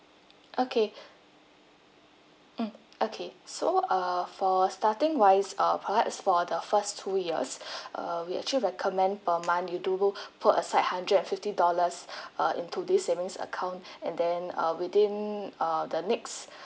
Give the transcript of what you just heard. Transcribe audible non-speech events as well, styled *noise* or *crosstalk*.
okay *breath* mm okay so err for starting wise uh perhaps for the first two years *breath* err we actually recommend per month you do put aside hundred and fifty dollars *breath* uh into this savings account *breath* and then uh within uh the next